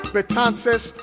Betances